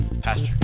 Pastor